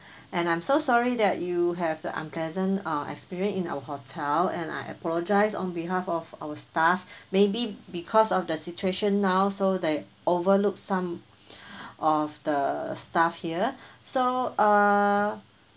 and I'm so sorry that you have the unpleasant uh experience in our hotel and I apologize on behalf of our staff maybe because of the situation now so they overlook some of the staff here so uh